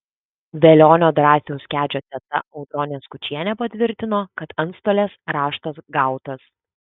velionio drąsiaus kedžio teta audronė skučienė patvirtino kad antstolės raštas gautas